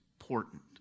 important